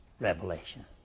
revelation